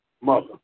mother